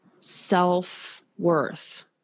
self-worth